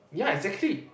ya exactly